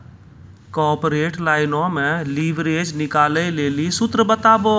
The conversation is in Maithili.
कॉर्पोरेट लाइनो मे लिवरेज निकालै लेली सूत्र बताबो